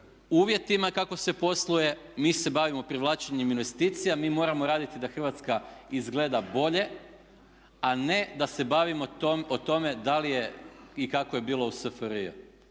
uvjetima kako se posluje, mi se bavimo privlačenjem investicija, mi moramo raditi da Hrvatska izgleda bolje a ne da se radimo o tome da li je i kako je bilo u SFRJ.